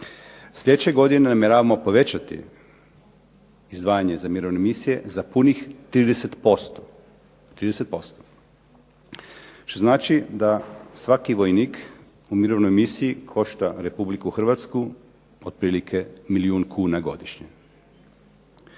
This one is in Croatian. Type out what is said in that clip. Sljedeće godine namjeravamo povećati izdvajanje za mirovne misije za punih 30%, trideset posto, što znači da svaki vojnik u mirovnoj misiji košta Republiku Hrvatsku otprilike milijun kuna godišnje.